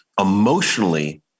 emotionally